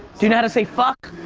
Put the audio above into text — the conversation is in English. do you know how to say fuck?